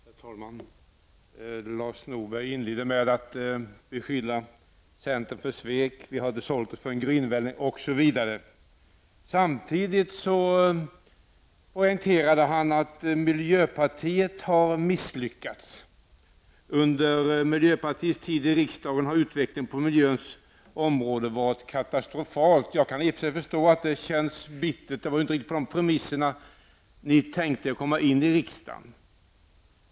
Herr talman! Lars Norberg inledde med att beskylla centern för svek. Vi hade sålt oss för en grynvälling osv. Samtidigt poängterade han att miljöpartiet har misslyckats. Under miljöpartiets tid i riksdagen har utvecklingen på miljöns område varit katastrofal. Jag kan i och för sig förstå att det känns bittert. Det var inte på de premisserna som ni tänkte er att komma in i riksdagen.